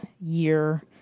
year